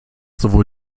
sowohl